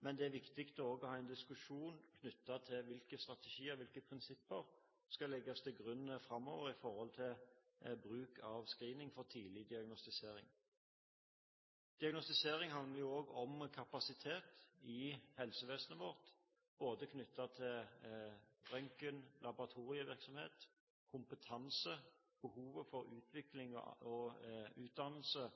Men det er viktig også å ha en diskusjon knyttet til hvilke strategier, hvilke prinsipper, som skal legges til grunn framover med hensyn til bruk av screening for tidlig diagnostisering. Diagnostisering handler jo også om kapasitet i helsevesenet vårt, både knyttet til røntgen, laboratorievirksomhet, kompetanse, behovet for utvikling og til utdannelse